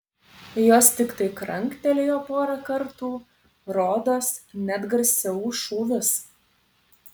jos tiktai kranktelėjo porą kartų rodos net garsiau už šūvius